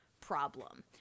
problem